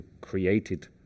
created